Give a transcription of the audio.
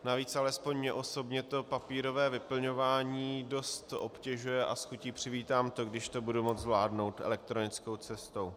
Navíc, alespoň mně osobně, to papírové vyplňování dost obtěžuje a s chutí přivítám, když to budu moci zvládnout elektronickou cestou.